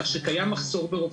כך שקיים מחסור ברופאים.